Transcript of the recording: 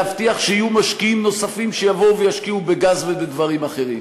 להבטיח שיהיו משקיעים נוספים שיבואו וישקיעו בגז ובדברים אחרים.